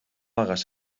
hagas